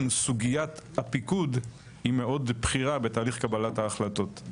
סוגיית הפיקוד היא מאוד בכירה בתהליך קבלת ההחלטות.